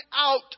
out